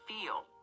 feel